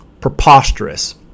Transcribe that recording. Preposterous